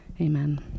amen